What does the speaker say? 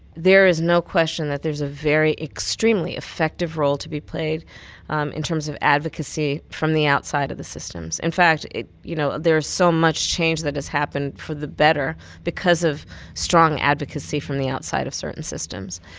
there is no question that there's a very extremely effective role to be played um in terms of advocacy from the outside of the systems. in fact, you know, there's so much change that has happened for the better because of strong advocacy from the outside of certain systems.